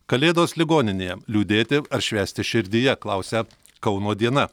kalėdos ligoninėje liūdėti ar švęsti širdyje klausia kauno diena